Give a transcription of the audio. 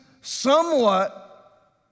somewhat